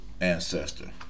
Ancestor